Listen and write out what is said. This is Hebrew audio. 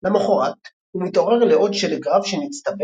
למחרת, הוא מתעורר לעוד שלג רב שנצטבר